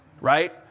right